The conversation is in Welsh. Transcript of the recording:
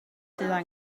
sydd